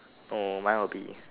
no mine would be